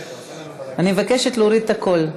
אני מבקשת להוריד את הקול.